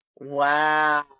Wow